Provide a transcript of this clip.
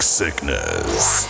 Sickness